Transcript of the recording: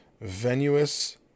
venous